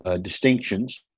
distinctions